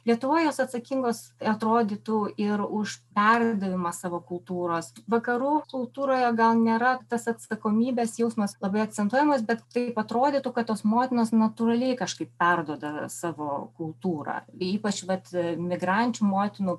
lietuvoj jos atsakingos atrodytų ir už perdavimą savo kultūros vakarų kultūroje gal nėra tas atsakomybės jausmas labai akcentuojamas bet taip atrodytų kad tos motinos natūraliai kažkaip perduoda savo kultūrą ypač vat migrančių motinų